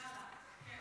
יאללה.